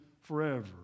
forever